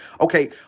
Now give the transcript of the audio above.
Okay